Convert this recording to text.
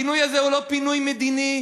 הפינוי הזה הוא לא פינוי מדיני,